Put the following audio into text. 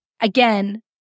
Again